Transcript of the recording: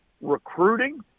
recruiting